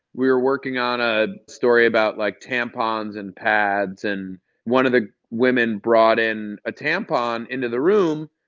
we were working on a story about, like, tampons and pads. and one of the women brought in a tampon into the room.